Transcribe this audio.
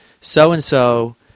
so-and-so